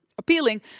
appealing